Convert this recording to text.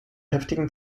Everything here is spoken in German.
heftigen